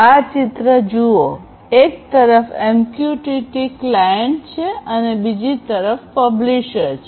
આ ચિત્ર જુઓ એક તરફ એમક્યુટીટી ક્લાયન્ટ છે અને બીજા તરફ પબ્લીશર છે